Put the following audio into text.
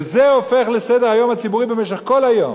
וזה הופך לסדר-היום הציבורי במשך כל היום.